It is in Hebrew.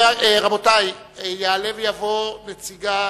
רבותי, יעלה ויבוא נציגן